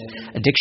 addiction